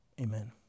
Amen